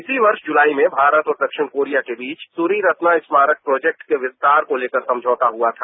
इसी वर्ष जुलाई में भारत और दक्षिण कोरिया के बीच सूरी रला स्मारक प्रोजेक्ट के विस्तार को लेकर समझौता हुआ था